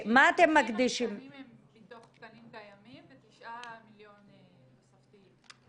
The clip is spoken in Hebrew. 30 התקנים הם מתוך תקנים קיימים ו-9 מיליון תוספתיים.